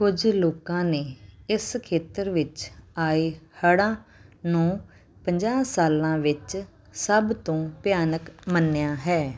ਕੁੱਝ ਲੋਕਾਂ ਨੇ ਇਸ ਖੇਤਰ ਵਿੱਚ ਆਏ ਹੜ੍ਹਾਂ ਨੂੰ ਪੰਜਾਹ ਸਾਲਾਂ ਵਿੱਚ ਸਭ ਤੋਂ ਭਿਆਨਕ ਮੰਨਿਆ ਹੈ